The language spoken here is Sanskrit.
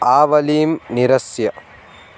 आवलीं निरस्य